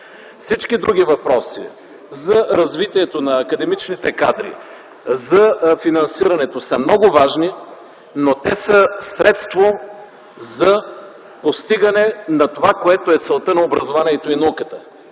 Всички други въпроси за развитието на академичните кадри, за финансирането са много важни, но те са средство за постигане на това, което е целта на образованието и науката